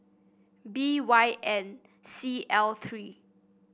B Y N C L three